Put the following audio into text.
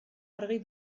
argi